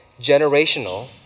generational